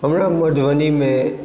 हमरा मधुबनीमे